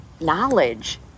knowledge